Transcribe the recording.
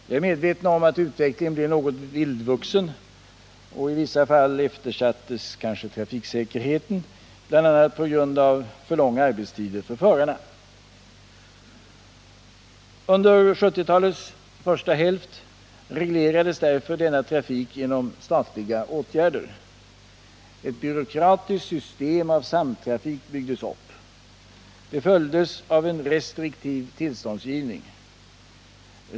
Jag är medveten om att utvecklingen blev något vildvuxen och i vissa fall eftersattes kanske trafiksäkerhetskraven, bl.a. på grund av för långa arbetstider för förarna. Under 1970-talets första hälft reglerades därför denna trafik genom statliga åtgärder. Ett byråkratiskt system av samtrafik byggdes upp. Det följdes av en restriktiv tillståndsgivning.